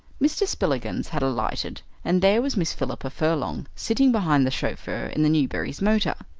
mr. spillikins had alighted, and there was miss philippa furlong sitting behind the chauffeur in the newberrys' motor.